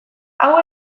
hau